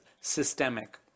systemic